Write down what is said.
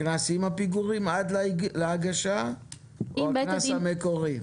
הקנס עם הפיגורים עד להגשה או הקנס המקורי?